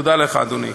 תודה לך, אדוני.